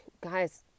guys